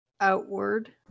Outward